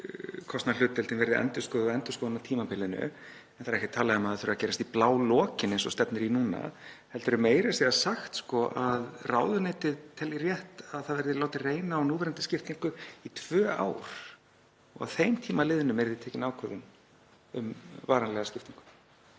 talað um að kostnaðarhlutdeildin verði endurskoðuð á endurskoðunartímabilinu. Það er ekkert talað um að það þurfi að gerast í blálokin eins og stefnir í núna heldur er meira að segja sagt að ráðuneytið telji rétt að það verði látið reyna á núverandi skiptingu í tvö ár og að þeim tíma liðnum tekin ákvörðun um varanlega skiptingu.